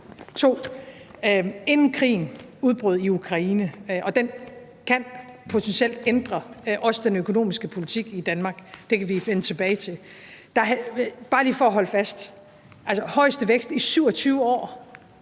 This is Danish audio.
2: Inden krigen udbrød i Ukraine – og den kan potentielt ændre også den økonomiske politik i Danmark; det kan vi vende tilbage til – havde vi, bare lige for at holde fast, den højeste vækst i 27 år,